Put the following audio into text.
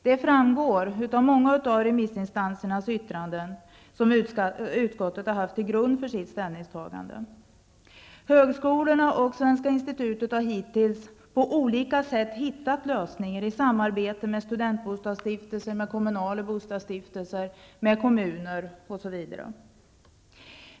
Det framgår av olika yttranden från remissinstanserna som utskottet har haft till grund för sitt ställningstagande. Högskolorna och Svenska Institutet har hittills på olika sätt hittat lösningar i samarbete med studentbostadsstiftelser, kommunala bostadsstiftelser, kommuner och andra.